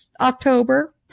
october